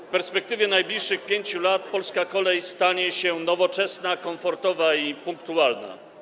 W perspektywie najbliższych 5 lat polska kolej stanie się nowoczesna, komfortowa i punktualna.